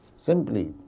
simply